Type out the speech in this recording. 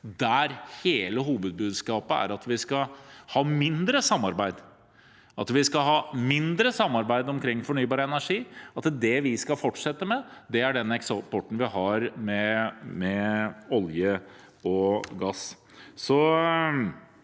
der hele hovedbudskapet er at vi skal ha mindre samarbeid – at vi skal ha mindre samarbeid omkring fornybar energi, og at det vi skal fortsette med, er den eksporten vi har av olje og gass.